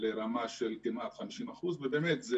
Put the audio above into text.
וזה קפץ לרמה של כמעט 50%,